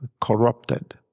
corrupted